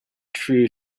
true